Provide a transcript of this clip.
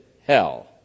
hell